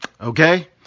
okay